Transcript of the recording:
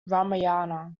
ramayana